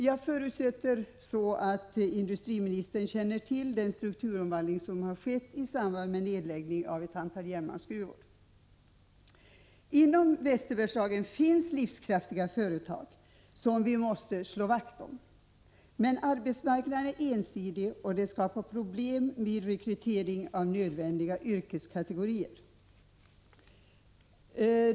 Jag förutsätter att industriministern känner till den strukturomvandling som skett i samband med nedläggningen av ett antal järnmalmsgruvor. Inom Västerbergslagen finns livskraftiga företag som vi måste slå vakt om. Men arbetsmarknaden är ensidig, och detta skapar problem med rekrytering av nödvändiga yrkeskategorier.